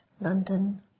London